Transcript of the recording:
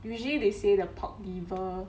usually they say the pork liver